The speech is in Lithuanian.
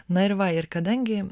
na ir va ir kadangi